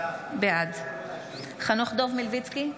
בעד חנוך דב מלביצקי,